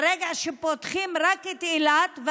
ברגע שפותחים רק את אילת,